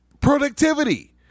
productivity